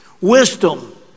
wisdom